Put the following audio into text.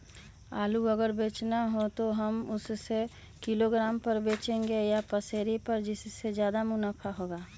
आलू अगर बेचना हो तो हम उससे किलोग्राम पर बचेंगे या पसेरी पर जिससे ज्यादा मुनाफा होगा?